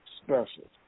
special